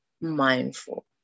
mindful